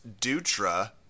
Dutra